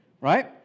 Right